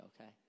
okay